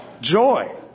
Joy